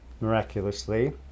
miraculously